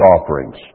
offerings